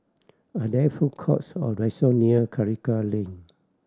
are there food courts or restaurant near Karikal Lane